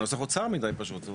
הנוסח הוא צר מידי פשוט.